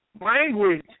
language